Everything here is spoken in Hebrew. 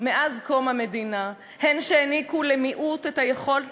מאז קום המדינה הן שהעניקו למיעוט את היכולת